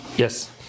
Yes